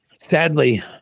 Sadly